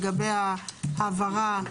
לגבי העברה,